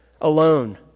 alone